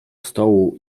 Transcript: stołu